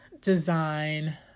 design